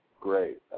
great